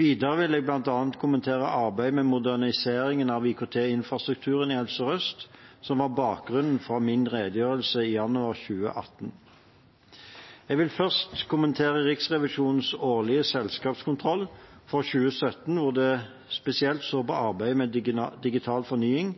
Videre vil jeg bl.a. kommentere arbeidet med moderniseringen av IKT-infrastrukturen i Helse Sør-Øst, som var bakgrunnen for min redegjørelse i januar 2018. Jeg vil først kommentere Riksrevisjonens årlige selskapskontroll for 2017, hvor de spesielt så på arbeidet med Digital fornying